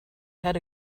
had